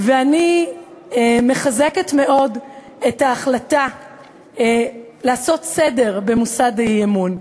ואני מחזקת מאוד את ההחלטה לעשות סדר במוסד האי-אמון.